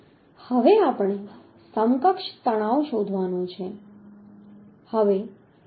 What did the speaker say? હવે આપણે સમકક્ષ તણાવ શોધવાનો છે